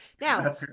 Now